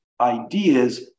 ideas